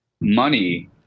money